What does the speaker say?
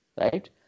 Right